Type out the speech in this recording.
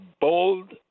bold